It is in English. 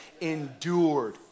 endured